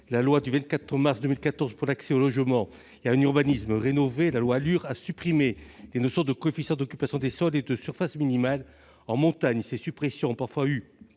la loi du 24 mars 2014 pour l'accès au logement et un urbanisme rénové, la loi ALUR, a supprimé les notions de coefficient d'occupation des sols et de surface minimale. En montagne, ces suppressions ont parfois eu